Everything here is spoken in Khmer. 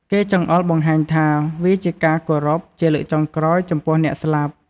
គេចង្អុលបង្ហាញថា វាជាការគោរពជាលើកចុងក្រោយចំពោះអ្នកស្លាប់។